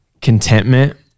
contentment